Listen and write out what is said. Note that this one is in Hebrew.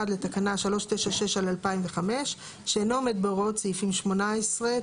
לתקנה 396/2005 שאינו עומד בהוראות סעיפים 18,